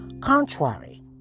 contrary